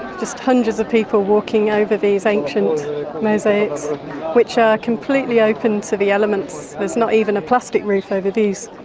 just hundreds of people walking over these ancient mosaics which are completely open to the elements, there's not even a plastic roof over these.